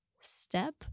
step